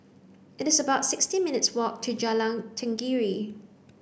it is about sixteen minutes' walk to Jalan Tenggiri